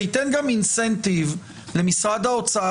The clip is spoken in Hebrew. זה ייתן גם תמריץ למשרד האוצר,